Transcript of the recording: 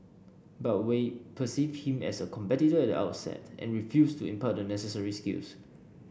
but Wei perceived him as a competitor at the outset and refused to impart the necessary skills